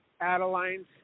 Adeline